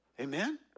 Amen